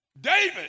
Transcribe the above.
David